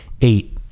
eight